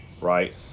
Right